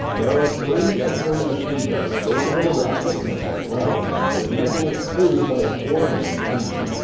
there are three secondary machine guns located around the tank as well, and the vehicle is crewed by a four-man team.